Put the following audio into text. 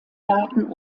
daten